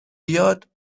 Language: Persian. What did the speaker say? بیاد